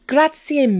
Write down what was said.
Grazie